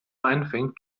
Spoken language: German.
einfängt